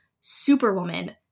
superwoman